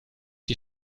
die